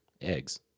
Eggs